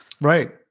Right